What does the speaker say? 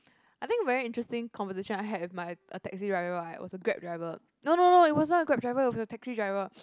I think very interesting conversation I had with my uh taxi driver uh it was a Grab driver no no no it wasn't a Grab driver it was a taxi driver